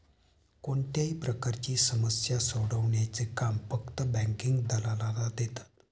कोणत्याही प्रकारची समस्या सोडवण्याचे काम फक्त बँकिंग दलालाला देतात